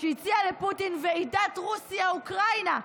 שהציע לפוטין ועידת רוסיה אוקראינה,